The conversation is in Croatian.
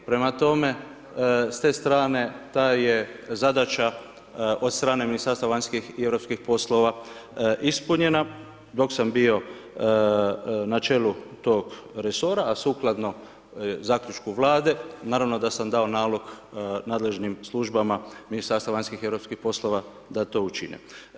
Prema tome s te strane ta je zadaća od strane Ministarstva vanjskih i europskih poslova ispunjena dok sam bio na čelu tog resora, a sukladno zaključku Vlade naravno da sam dao nalog nadležnim službama Ministarstva vanjskih i europskih poslova da to učine.